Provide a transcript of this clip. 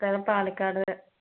സ്ഥലം പാലക്കാട്